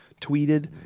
tweeted